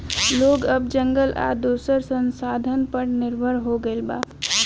लोग अब जंगल आ दोसर संसाधन पर निर्भर हो गईल बा